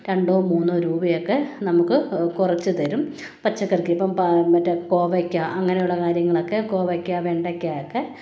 രണ്ടോ മൂന്നോ രൂപയൊക്കെ നമുക്ക് കുറച്ച് തരും പച്ചക്കറിക്ക് ഇപ്പം മറ്റേ കോവയ്ക്ക അങ്ങനെയുള്ള കാര്യങ്ങളൊക്കെ കോവയ്ക്ക വെണ്ടയ്ക്ക ഒക്കെ